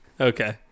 Okay